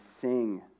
sing